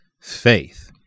faith